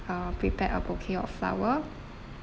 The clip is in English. uh prepared a bouquet of flower